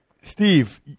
Steve